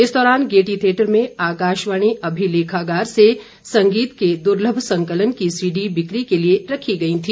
इस दौरान Gaiety theatre में आकाशवाणी अभिलेखागार से संगीत के दुर्लभ संकलन की सीडी बिक्री के लिए रखी गई थी